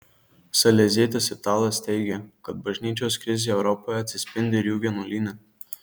salezietis italas teigia kad bažnyčios krizė europoje atsispindi ir jų vienuolyne